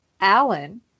Alan